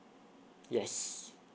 yes